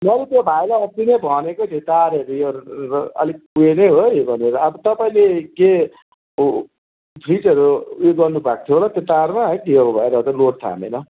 मैले त्यो भाइलाई अस्ति नै भनेको थिएँ तारहरू यो अलिक उयो नै हो है भनेर नि अब तपाईँले के उ फ्रिजहरू उयो गर्नुभएको थियो होला तारमा त्यो भएर चाहिँ लोड थामेन